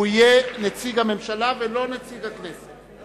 יהיה נציג הממשלה ולא נציג הכנסת.